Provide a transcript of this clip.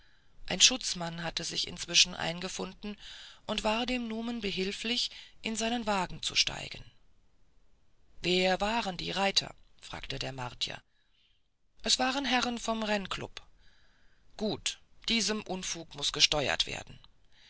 ein schutzmann hatte sich inzwischen eingefunden und war dem numen behilflich in seinen wagen zu steigen wer waren die reiter fragte der martier es waren herren vom rennklub gut diesem unfug muß gesteuert werden